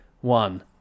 One